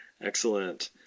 Excellent